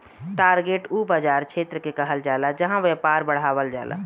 target उ बाज़ार क्षेत्र के कहल जाला जहां व्यापार बढ़ावल जाला